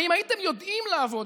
הרי אם הייתם יודעים לעבוד,